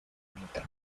anita